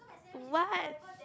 what